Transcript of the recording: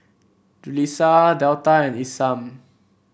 Julisa Delta and Isam